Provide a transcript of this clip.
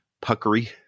puckery